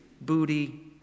booty